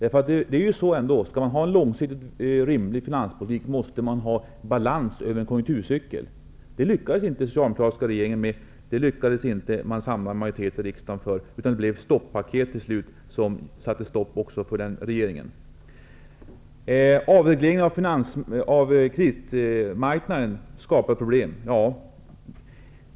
Om man skall ha en långsiktigt rimlig finanspolitik, måste man ha balans över en konjunkturcykel. Det lyckades inte den socialdemokratiska regeringen med. Det lyckades den inte samla en majoritet i riksdagen för. Det blev i stället till slut ett stoppaket som satte stopp för den regeringen. Avregleringen av kreditmarknaden skapade problem.